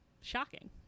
shocking